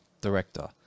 director